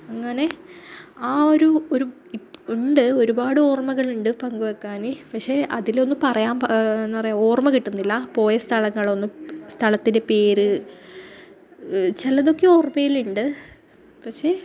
അങ്ങനെ ആ ഒരു ഒരു ഉണ്ട് ഒരുപാട് ഓര്മ്മകളുണ്ട് പങ്കുവെക്കാൻ പക്ഷെ അതിലൊന്ന് പറയാന് എന്ന് പറയാൻ ഓര്മ കിട്ടുന്നില്ല പോയ സ്ഥലങ്ങളൊന്നും സ്ഥലത്തിന്റെ പേര് ചിലതൊക്കെ ഓര്മ്മയില് ഉണ്ട് പക്ഷെ